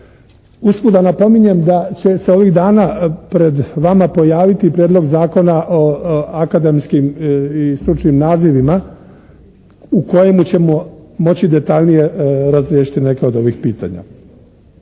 Usput da napominjem da će se ovih dana pred vama pojaviti Prijedlog zakona o akademskim i stručnim nazivima u kojemu ćemo moći detaljnije razriješiti neka od ovih pitanja.